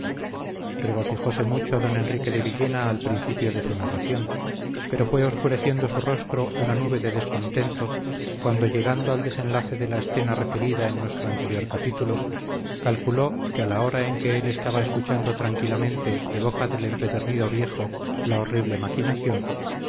regocijóse mucho don enrique de villena al principio de su narración pero fue oscureciendo su rostro una nube de descontento cuando llegando al desenlace de la escena referida en nuestro anterior capítulo calculó que a la hora en que él estaba escuchando tranquilamente de boca del empedernido viejo la horrible maquinación